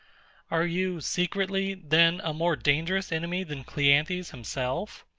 are you secretly, then, a more dangerous enemy than cleanthes himself?